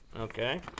Okay